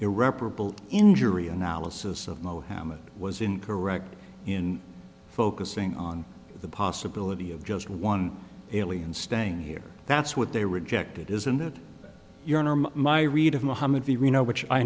irreparable injury analysis of mohammed was incorrect in focusing on the possibility of just one alien staying here that's what they rejected isn't it your norm my read of muhammad v reno which i